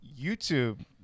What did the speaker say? YouTube